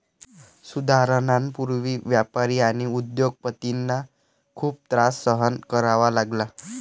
सुधारणांपूर्वी व्यापारी आणि उद्योग पतींना खूप त्रास सहन करावा लागला